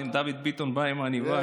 אם דוד ביטן בא עם עניבה.